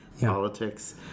politics